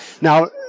now